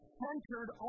centered